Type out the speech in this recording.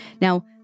Now